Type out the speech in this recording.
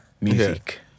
music